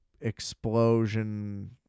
explosion